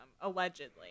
allegedly